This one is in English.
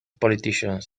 politicians